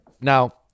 now